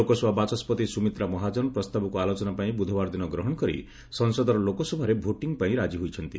ଲୋକସଭା ବାଚସ୍କତି ସୁମିତ୍ରା ମହାଜନ ପ୍ରସ୍ତାବକୁ ଆଲୋଚନା ପାଇଁ ବୁଧବାର ଦିନ ଗ୍ରହଣ କରି ସଫସଦର ଲୋକସଭାରେ ଭୋଟିଂ ପାଇଁ ରାଜି ହୋଇଛନ୍ତି